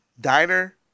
diner